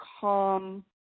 calm